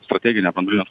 strateginio branduolinio